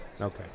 Okay